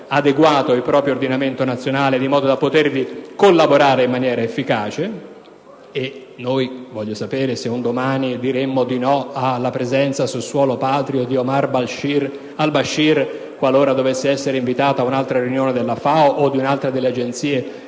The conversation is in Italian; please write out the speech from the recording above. adeguato il proprio ordinamento nazionale in modo da potervi collaborare in maniera efficace. Voglio sapere se un domani diremmo no alla presenza sul suolo patrio di Omar Al-Bashir qualora dovesse essere invitato ad un'altra riunione della FAO o di altre agenzie